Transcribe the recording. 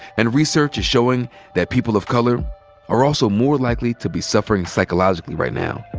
and research is showing that people of color are also more likely to be suffering psychologically right now.